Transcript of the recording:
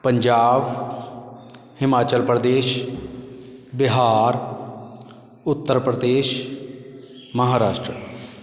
Punjab Himachal Pradesh Bihar Uttar Pradesh Maharashtra